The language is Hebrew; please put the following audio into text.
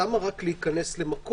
אז למה רק להיכנס למקום?